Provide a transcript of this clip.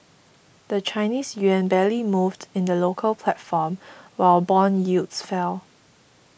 the Chinese yuan barely moved in the local platform while bond yields fell